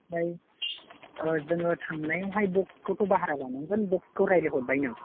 ओमफ्राय जोङो थांनायावहाय ब'क्सखौथ' भारा लानांगोन ब'क्सखौ रायज्लायहरबाय नों